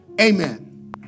Amen